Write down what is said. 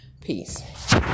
Peace